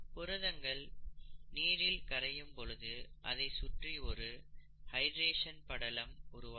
புரதங்கள் நீரில் கரையும் பொழுது அதை சுற்றி ஒரு ஹைட்ரேஷன் படலம் உருவாகும்